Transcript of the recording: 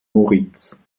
moritz